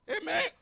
Amen